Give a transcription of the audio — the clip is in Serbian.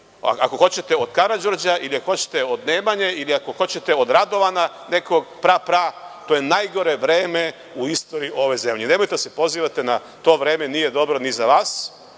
Ako hoćete, i od Karađorđa ili ako hoćete od Nemanje ili ako hoćete od Radovana nekog pra, pra, to je najgore vreme u istoriji ove zemlje. Nemojte da se pozivate na to vreme, nije dobro ni za vas,